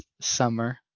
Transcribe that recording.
summer